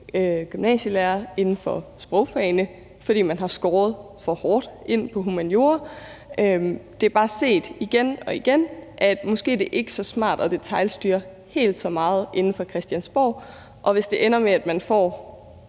gymnasielærere inden for sprogfagene, fordi man har skåret for hårdt på humaniora, og det er bare igen og igen set, at det måske ikke er så smart at detailstyre helt så meget inde fra Christiansborg, og hvis det ender med, at man får